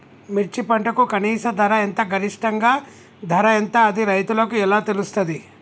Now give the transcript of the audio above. మిర్చి పంటకు కనీస ధర ఎంత గరిష్టంగా ధర ఎంత అది రైతులకు ఎలా తెలుస్తది?